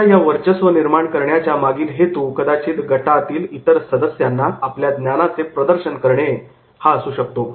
' त्यांच्या या वर्चस्व निर्माण करण्याच्या मागील हेतू कदाचित गटातील इतर सदस्यांना आपल्या ज्ञानाचे प्रदर्शन करणे हा असू शकतो